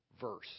Verse